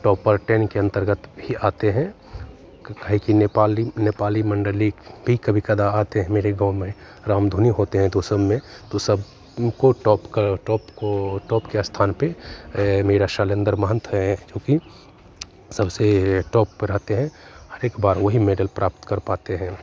topper ten के अंतर्गत भी आते हैं काहे कि नेपाली नेपाली मण्डली भी कभी कदा आते हैं मेरे गाँव में राम धुनि होते हैं तो सब में तो सब उनको टॉप का टॉप को टॉप के स्थान पे मेरा शैलेन्दर महंत हैं जोकि सबसे टॉप पे रहते हैं हर एक बार वही मेडल प्राप्त कर पाते हैं